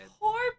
poor